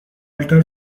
alter